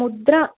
മുദ്ര